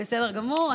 בסדר גמור.